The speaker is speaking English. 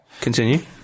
continue